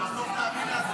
שלמה, בסוף אתה תאמין לעצמך.